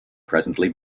presently